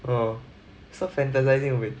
oh so fantasizing with